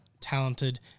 talented